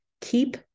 Keep